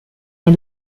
nel